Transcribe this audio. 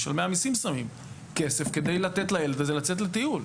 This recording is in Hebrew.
משלמי המיסים שמים כסף כדי לתת לילד הזה לצאת לטיול.